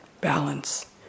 balance